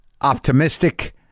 optimistic